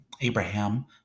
Abraham